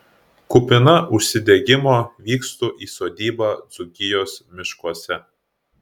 kupina užsidegimo vykstu į sodybą dzūkijos miškuose